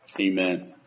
Amen